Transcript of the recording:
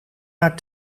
naar